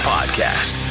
Podcast